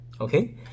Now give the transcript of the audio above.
Okay